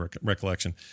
recollection